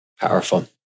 Powerful